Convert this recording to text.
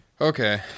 okay